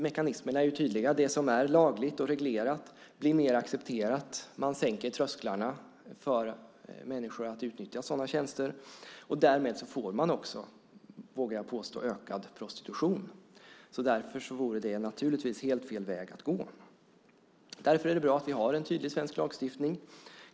Mekanismerna är ju tydliga: Det som är lagligt och reglerat blir mer accepterat. Man sänker trösklarna för människor att utnyttja sådana tjänster, och därmed får man också - vågar jag påstå - ökad prostitution. Därför vore det naturligtvis helt fel väg att gå. Därför är det bra att vi har en tydlig svensk lagstiftning.